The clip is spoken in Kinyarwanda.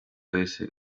wese